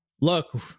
look